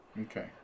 Okay